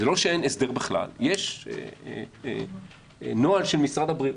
זה לא שאין הסדר בכלל, יש נוהל של משרד הבריאות